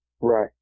right